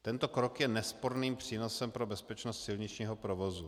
Tento krok je nesporným přínosem pro bezpečnost silničního provozu.